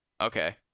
okay